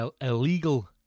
illegal